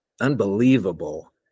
unbelievable